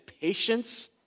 patience